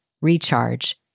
recharge